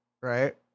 right